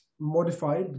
modified